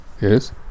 yes